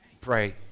Pray